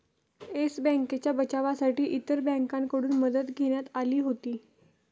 yes बँकेच्या बचावासाठी इतर बँकांकडून मदत घेण्यात आली होती